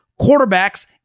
quarterbacks